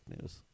news